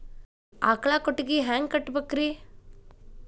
ಆಕಳ ಕೊಟ್ಟಿಗಿ ಹ್ಯಾಂಗ್ ಕಟ್ಟಬೇಕ್ರಿ?